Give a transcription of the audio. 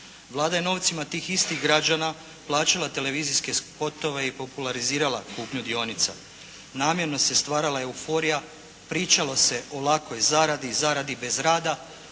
Vlada je novcima tih istih građana plaćala televizijske spotove i popularizirala kupnju dionica. Namjerno se stvarala euforija, pričalo se o lakoj zaradi, zaradi bez rada,